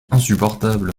insupportable